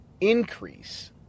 increase